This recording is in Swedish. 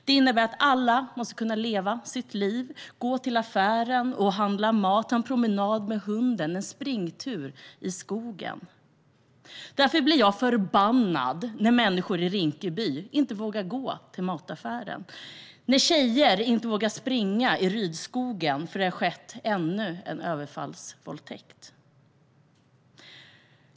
Det innebär att alla måste kunna leva sitt liv, gå till affären och handla mat och ta en promenad med hunden och en springtur i skogen. Därför blir jag förbannad när människor i Rinkeby inte vågar gå till mataffären och när tjejer inte vågar springa i Rydskogen för att det har skett ännu en överfallsvåldtäkt.